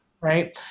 right